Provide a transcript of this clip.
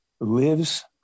lives